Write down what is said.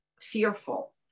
fearful